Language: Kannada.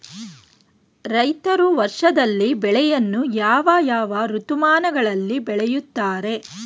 ರೈತರು ವರ್ಷದಲ್ಲಿ ಬೆಳೆಯನ್ನು ಯಾವ ಯಾವ ಋತುಮಾನಗಳಲ್ಲಿ ಬೆಳೆಯುತ್ತಾರೆ?